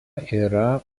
yra